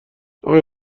اقای